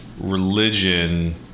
religion